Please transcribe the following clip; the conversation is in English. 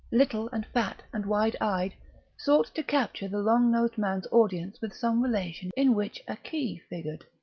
little and fat and wide-eyed, sought to capture the long-nosed man's audience with some relation in which a key figured.